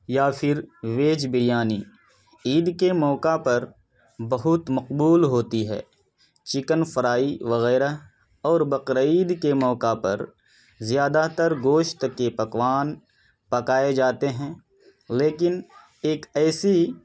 یا پھر ویج بریانی عید کے موقعہ پر بہت مقبول ہوتی ہیں چکن فرائی وغیرہ اور بقرعید کے موقعہ پر زیادہ تر گوشت کے پکوان پکائے جاتے ہیں لیکن ایک ایسی